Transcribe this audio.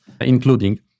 including